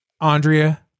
Andrea